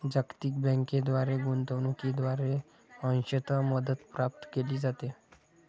जागतिक बँकेद्वारे गुंतवणूकीद्वारे अंशतः मदत प्राप्त केली जाते